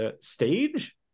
stage